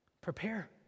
Prepare